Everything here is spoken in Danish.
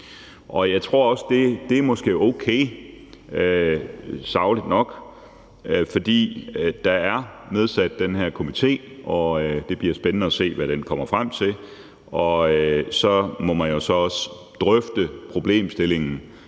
Og jeg tror også, at det måske er okay og sagligt nok, for den her komité er nedsat, og det bliver spændende at se, hvad den kommer frem til. Så må man jo så også drøfte problemstillingen